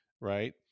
right